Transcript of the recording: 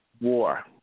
war